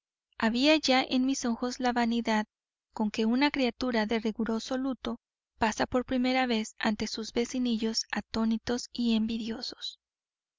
había ya en mis ojos la vanidad con que una criatura de riguroso luto pasa por primera vez ante sus vecinillos atónitos y envidiosos